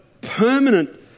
permanent